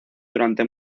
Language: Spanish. durante